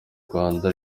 rwanda